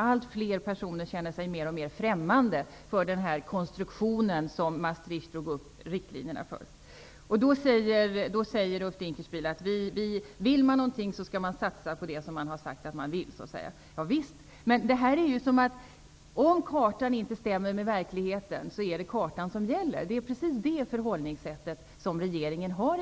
Allt fler personer känner sig mer och mer främmande inför den konstruktion som Maastrichtavtalet drog upp riktlinjerna för. Ulf Dinkelspiel sade att om man vill någonting, skall man satsa på det. Javisst, men om kartan inte stämmer med verkligheten, är det kartan som gäller. Det är det förhållningssätt som regeringen har.